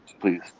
Please